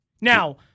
Now